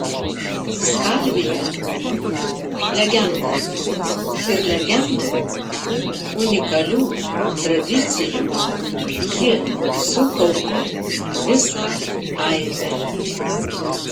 skalvija legenda ir legendų unikalių tradicijų ji sukaupė visą aibę